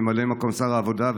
ממלא מקום שר העבודה,